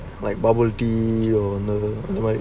like bubble tea or another